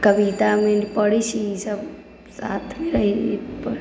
कवितामे पढ़ै छी ईसभ साथमे रही